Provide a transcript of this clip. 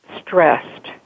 stressed